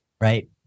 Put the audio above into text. Right